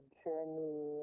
journey